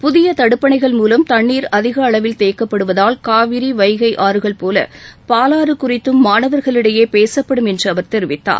புதிய தடுப்பணைகள் மூலம் தண்ணீர் அதிக அளவில் தேக்கப்படுவதால் காவிரி வைகை ஆறுகள் போல பாலாறு குறித்தும் மாணவர்களிடையே பேசப்படும் என்று அவர் தெரிவித்தார்